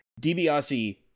DiBiase